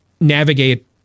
navigate